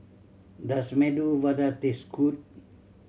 does Medu Vada taste good